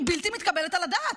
היא בלתי מתקבלת על הדעת.